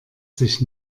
sich